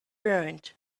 ruined